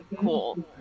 cool